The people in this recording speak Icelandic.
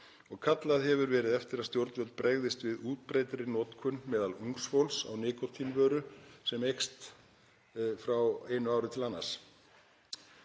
Kallað hefur verið eftir að stjórnvöld bregðist við útbreiddri notkun meðal ungs fólks á nikótínvöru sem eykst frá einu ári til annars,